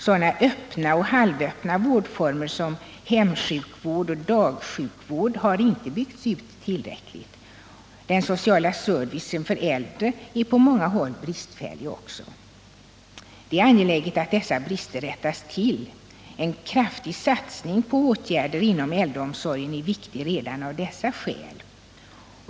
Sådana öppna och halvöppna vårdformer som hemsjukvård och dagsjukvård har inte byggts ut tillräckligt, och den sociala servicen för äldre är på många håll också bristfällig. Det är angeläget att dessa brister rättas till. En kraftig satsning på åtgärder inom äldreomsorgen är viktig redan av dessa skäl.